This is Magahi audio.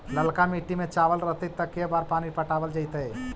ललका मिट्टी में चावल रहतै त के बार पानी पटावल जेतै?